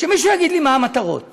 שמישהו יגיד לי מה המטרות.